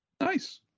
Nice